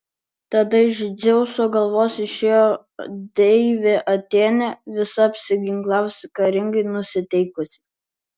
tada iš dzeuso galvos išėjo deivė atėnė visa apsiginklavusi karingai nusiteikusi